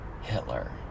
Hitler